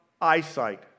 eyesight